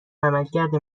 عملکرد